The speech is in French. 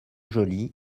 joli